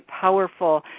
powerful